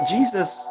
Jesus